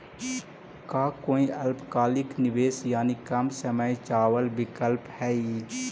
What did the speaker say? का कोई अल्पकालिक निवेश यानी कम समय चावल विकल्प हई?